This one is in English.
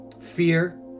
fear